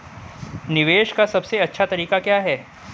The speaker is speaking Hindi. निवेश का सबसे अच्छा तरीका क्या है?